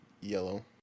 Yellow